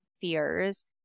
fears